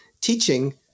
teaching